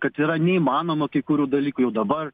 kad yra neįmanoma kai kurių dalykų jau dabar